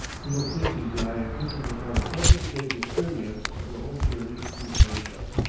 little thinking that i am entering upon the toughest day's experience of the whole journey through persia.